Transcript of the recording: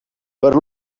per